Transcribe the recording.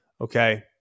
Okay